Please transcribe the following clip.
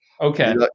Okay